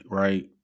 right